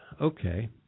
Okay